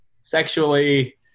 sexually